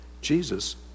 Jesus